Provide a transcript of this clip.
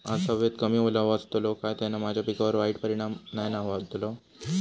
आज हवेत कमी ओलावो असतलो काय त्याना माझ्या पिकावर वाईट परिणाम नाय ना व्हतलो?